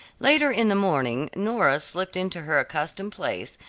later in the morning nora slipped into her accustomed place,